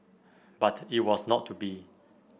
but it was not to be